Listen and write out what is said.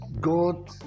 God